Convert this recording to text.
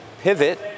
pivot